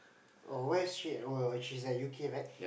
oh where is she at oh she's at U_K right